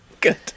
Good